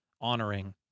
honoring